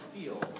feel